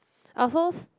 I also s~